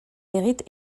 hérite